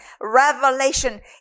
revelation